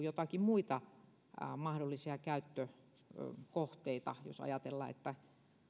joitakin muita mahdollisia käyttökohteita jos ajatellaan että